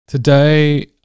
Today